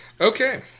Okay